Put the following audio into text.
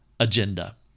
agenda